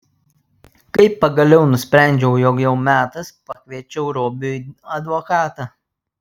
kai pagaliau nusprendžiau jog jau metas pakviečiau robiui advokatą